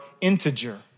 integer